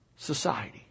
Society